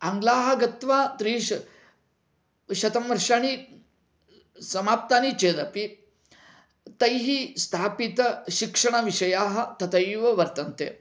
आङ्ग्लाः गत्वा त्रिशतं शतं वर्षाणि समाप्तानि चेदपि तैः स्थापितशिक्षणविषयाः तथैव वर्तन्ते